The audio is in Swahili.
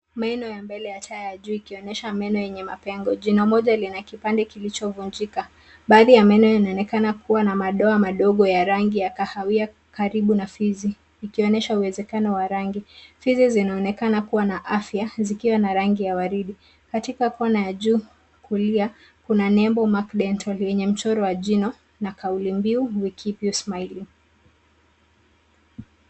Meno ya mbele ya taa ya juu, ikionyesha meno yenye mapengo. Jino moja lina kipande kilichovunjika. Baadhi ya meno yanaonekana kuwa na madoa madogo ya rangi ya kahawia karibu na fizi, likionyesha uwezekano wa rangi. Fizi zinaonekana kuwa na afya, zikiwa na rangi ya waridi. Katika kona ya juu kulia, kuna nembo ya Mac Dental yenye mchoro wa jino na kauli mbiu, we keep you smiling .